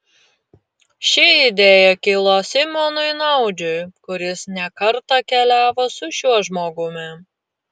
ši idėja kilo simonui naudžiui kuris ne kartą keliavo su šiuo žmogumi